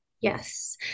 Yes